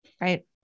Right